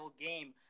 game